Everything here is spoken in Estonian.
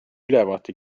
ülevaate